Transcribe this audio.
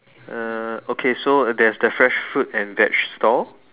uh okay so there's the fresh fruit and veg stall